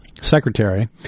Secretary